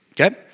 okay